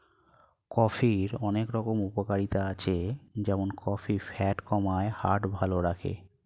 কফির অনেক রকম উপকারিতা আছে যেমন কফি ফ্যাট কমায়, হার্ট ভালো রাখে